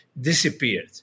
disappeared